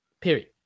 period